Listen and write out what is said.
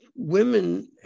women